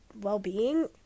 well-being